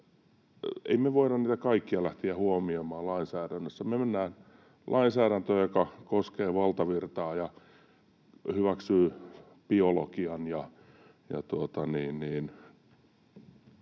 ihmeen erilaisia tapauksia lähteä huomioimaan lainsäädännössä. Me tehdään lainsäädäntöä, joka koskee valtavirtaa ja hyväksyy biologian.